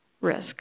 risk